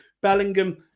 Bellingham